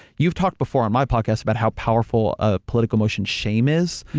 you've talked before on my podcast about how powerful a political motion shame is.